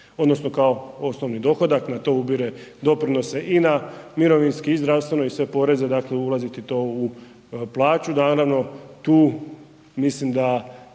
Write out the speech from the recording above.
odnosno kao osnovni dohodak, na to ubire doprinose i na mirovinski i na zdravstveno i sve poreze ulazi ti to u plaću. Naravno tu mislim da